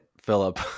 Philip